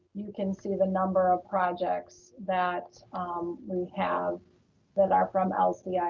you can see the number of projects that um we have that are from lcif. yeah